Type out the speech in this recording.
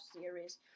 series